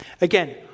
Again